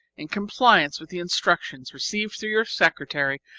in compliance with the instructions received through your secretary,